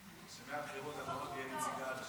שמהבחירות הקרובות תהיה נציגה לש"ס.